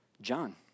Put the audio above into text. John